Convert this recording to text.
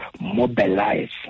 mobilize